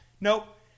Nope